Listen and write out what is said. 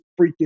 freaking